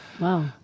Wow